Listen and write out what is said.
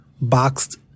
boxed